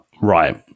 Right